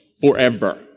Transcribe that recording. Forever